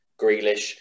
Grealish